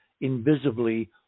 invisibly